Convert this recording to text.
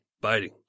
biting